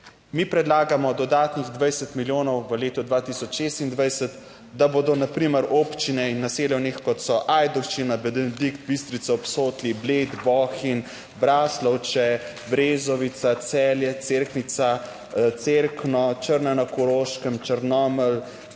Mi predlagamo dodatnih 20 milijonov v letu 2026, da bodo na primer občine in naselja v njih, kot so Ajdovščina, Benedikt, Bistrica ob Sotli, Bled, Bohinj, Braslovče, Brezovica, Celje, Cerknica, Cerkno, Črna na Koroškem, Črnomelj,